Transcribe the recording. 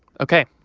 ok.